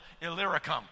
Illyricum